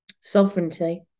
Sovereignty